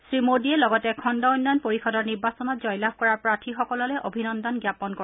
শ্ৰীমোদীয়ে লগতে খণ্ড উন্নয়ন পৰিযদৰ নিৰ্বাচনত জয়লাভ কৰা প্ৰাৰ্থীসকললৈ অভিনন্দন জ্ঞাপন কৰে